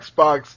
Xbox